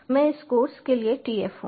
मैं इस कोर्स के लिए TF हूँ